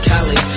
Cali